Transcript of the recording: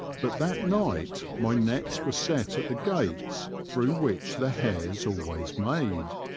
but that night my nets were set at the gates through which the hares always made.